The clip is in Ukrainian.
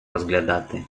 розглядати